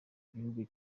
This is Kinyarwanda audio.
gihugu